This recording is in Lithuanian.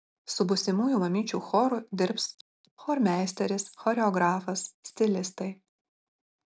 su būsimųjų mamyčių choru dirbs chormeisteris choreografas stilistai